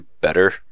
better